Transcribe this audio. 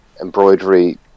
embroidery